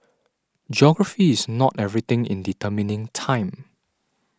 geography is not everything in determining time